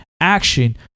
action